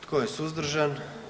Tko je suzdržan?